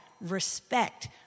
respect